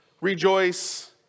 rejoice